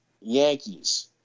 yankees